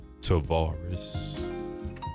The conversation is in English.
Tavares